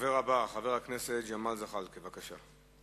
הדובר הבא, חבר הכנסת ג'מאל זחאלקה, בבקשה.